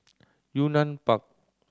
Yunnan Park